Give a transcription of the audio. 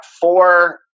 four